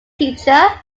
teacher